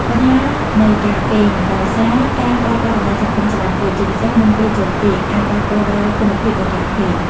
បញ្ហានៃការគេង ដោយសារការប្រើប្រាស់បណ្ដាញសង្គមច្រើនពេក ជាពិសេសមុនពេលចូលគេង អាចប៉ះពាល់ដល់គុណភាពនៃការគេង។